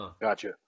gotcha